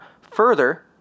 further